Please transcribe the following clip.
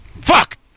Fuck